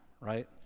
right